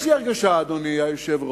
יש לי הרגשה, אדוני היושב-ראש,